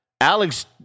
Alex